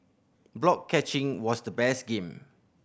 block catching was the best game